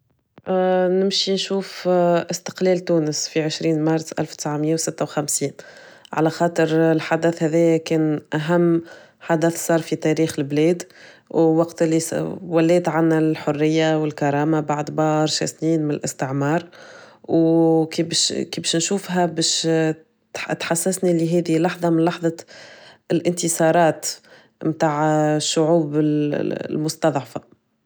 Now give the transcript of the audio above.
نمشي نشوف استقلال تونس في عشرين مارس الف وتسعمية وستة وخمسين. على خاطر الحدث هذايا كان أهم حدث صار في تاريخ البلاد ووقت االي س- وليت عنا الحرية والكرامة بعد برشا سنين من الاستعمار وكيباش كيبش نشوفها بيش تحسسني إن هذي لحظة من لحظة الانتصارات متاع الشعوب ال- المستضعفة.